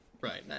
Right